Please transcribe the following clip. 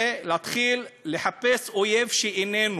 להתחיל לחפש אויב שאיננו,